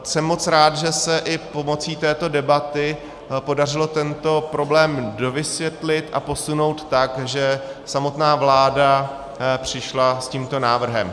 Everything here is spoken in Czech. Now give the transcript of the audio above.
Jsem moc rád, že se i pomocí této debaty podařilo tento problém dovysvětlit a posunout tak, že samotná vláda přišla s tímto návrhem.